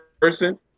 person